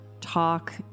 talk